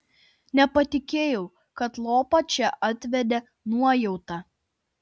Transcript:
nepatikėjau kad lopą čia atvedė nuojauta